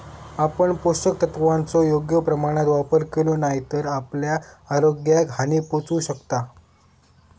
आपण पोषक तत्वांचो योग्य प्रमाणात वापर केलो नाय तर आपल्या आरोग्याक हानी पोहचू शकता